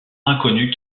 inconnu